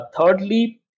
Thirdly